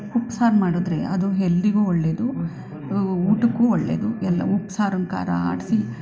ಉಪ್ಸಾರು ಮಾಡಿದರೆ ಅದು ಹೆಲ್ದಿಗೂ ಒಳ್ಳೆಯದು ಊಟಕ್ಕೂ ಒಳ್ಳೆಯದು ಎಲ್ಲ ಉಪ್ಸಾರಿನ ಖಾರ ಆಡಿಸಿ